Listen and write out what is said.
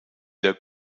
der